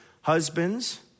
Husbands